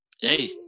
Hey